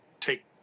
take